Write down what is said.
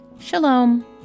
Shalom